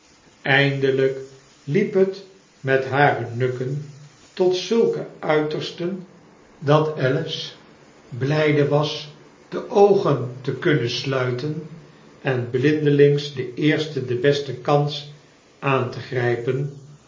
eindelyk liep het met hare nukken tot zulke uitersten dat alice blyde was de oogen te kunnen sluiten en blindelings de eerste de beste kans aan te grijpen